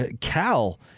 Cal